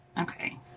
Okay